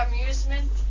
amusement